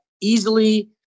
easily